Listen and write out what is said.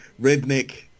redneck